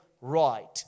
right